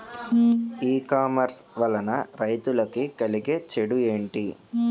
ఈ కామర్స్ వలన రైతులకి కలిగే చెడు ఎంటి?